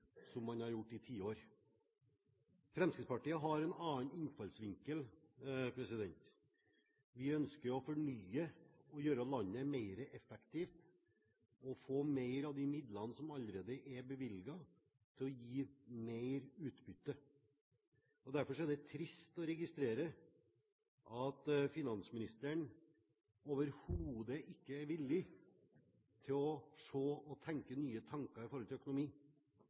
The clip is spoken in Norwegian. som man har gjort i tiår. Fremskrittspartiet har en annen innfallsvinkel. Vi ønsker å fornye og gjøre landet mer effektivt, og få mer av de midlene som allerede er bevilget, til å gi mer utbytte. Derfor er det trist å registrere at finansministeren overhodet ikke er villig til å se og tenke nye tanker i forhold til økonomi.